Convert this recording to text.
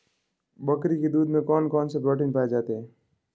बकरी के दूध में कौन कौनसे प्रोटीन पाए जाते हैं?